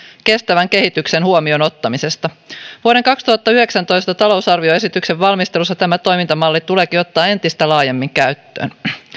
kestävän kehityksen huomioon ottamisesta vuoden kaksituhattayhdeksäntoista talousarvioesityksen valmistelussa tämä toimintamalli tuleekin ottaa entistä laajemmin käyttöön